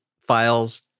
files